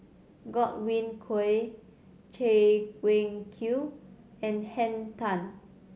Godwin Koay Chay Weng Q and Henn Tan